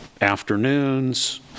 afternoons